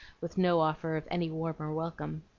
with no offer of any warmer welcome.